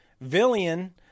Villian